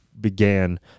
began